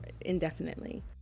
indefinitely